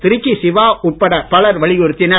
திருச்சி சிவா உட்பட பலர் வலியுறுத்தினர்